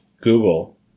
Google